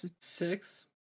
Six